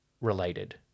related